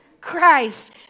Christ